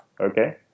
Okay